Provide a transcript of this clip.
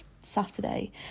Saturday